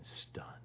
stunned